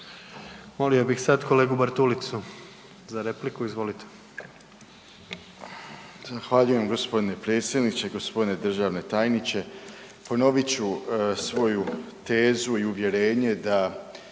Molio bih sad kolegu Bartulicu za repliku. Izvolite. **Bartulica, Stephen Nikola (DP)** Zahvaljujem gospodine predsjedniče. Gospodine državni tajniče, ponovit ću svoju tezu i uvjerenje da